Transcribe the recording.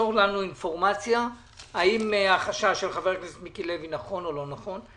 לנו אם החשש של חבר הכנסת מיקי לוי נכון או לא נכון.